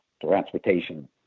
transportation